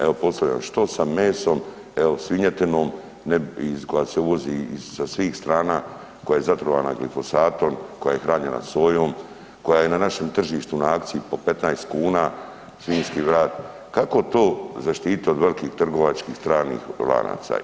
Evo postavljam, što sa mesom, evo, svinjetinom koja se uvozi sa svih strana, koja je zatrovana glifosatom, koja je hranjena sojom, koja je na našem tržištu na akciji po 15 kuna, svinjski vrat, kako to zaštiti od velikih trgovačkih stranih lanaca?